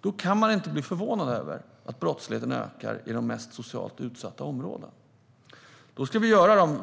Då kan man inte bli förvånad över att brottsligheten ökar i de mest socialt utsatta områdena. Därför ska vi